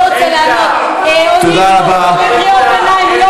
להעיר פה קריאות ביניים.